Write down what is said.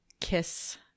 kiss